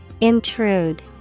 Intrude